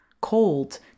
Cold